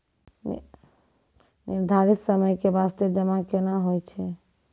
निर्धारित समय के बास्ते जमा केना होय छै?